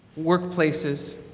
workplaces.